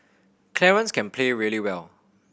Clarence can play really well